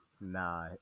Nah